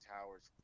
Towers